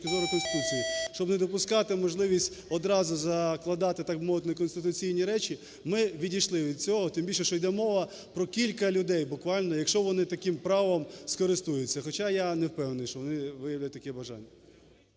Щоб не допускати можливості одразу закладати, так би мовити, неконституційні речі, ми відійшли від цього, тим більше, що йде мова про кілька людей буквально, якщо вони таким правом скористуються. Хоча я не певний, що вони виявлять таке бажання.